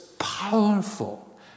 powerful